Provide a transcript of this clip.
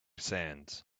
sands